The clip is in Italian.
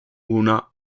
una